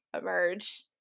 emerge